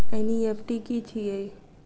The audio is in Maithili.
एन.ई.एफ.टी की छीयै?